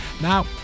Now